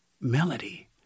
melody